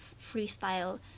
freestyle